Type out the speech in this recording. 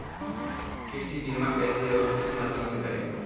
कृषि बीमा कैसे और किस माध्यम से करें?